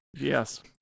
Yes